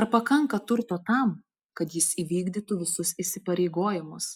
ar pakanka turto tam kad jis įvykdytų visus įsipareigojimus